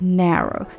narrow